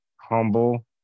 humble